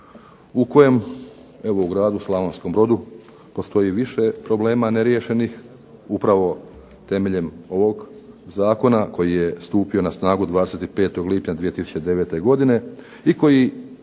u kojem evo u gradu Slavonskom Brodu postoji više problema neriješenih, upravo temeljem ovog zakona koji je stupio na snagu 25. lipnja 2009. godine i koji